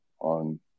on